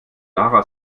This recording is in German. lara